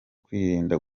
kwirinda